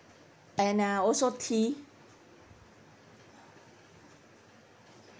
and uh also tea